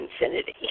infinity